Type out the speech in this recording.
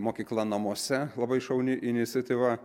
mokykla namuose labai šauni iniciatyva